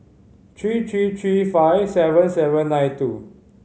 three three three five seven seven nine two